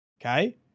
okay